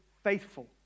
faithful